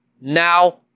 Now